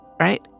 right